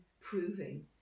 proving